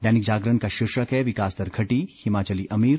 दैनिक जागरण का शीर्षक है विकास दर घटी हिमाचली अमीर